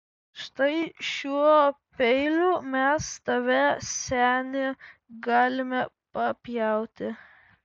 štai šiuo peiliu mes tave seni galime papjauti